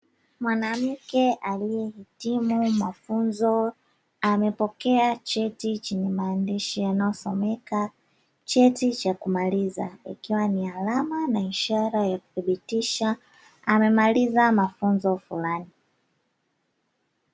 Mwanamke aliyehitimu mafunzo, amepokea cheti chenye maandishi yanayosomeka "Cheti cha kumaliza", ikiwa ni alama na ishara ya kuthibitisha amemaliza mafunzo fulani.